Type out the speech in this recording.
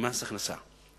ממס הכנסה.